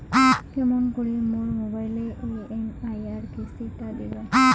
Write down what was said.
কেমন করি মোর মোবাইলের ই.এম.আই কিস্তি টা দিম?